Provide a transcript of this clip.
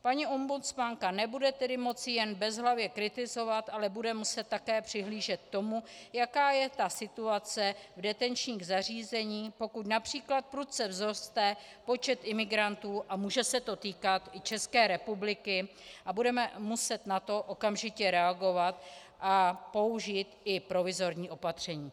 Paní ombudsmanka nebude tedy moci jen bezhlavě kritizovat, ale bude muset také přihlížet k tomu, jaká je situace v detenčních zařízeních, pokud například prudce vzroste počet imigrantů, a může se to týkat i České republiky a budeme muset na to okamžitě reagovat a použít i provizorní opatření.